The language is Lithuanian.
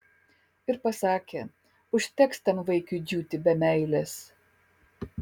ir pasakė užteks tam vaikiui džiūti be meilės